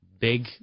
big